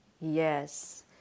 Yes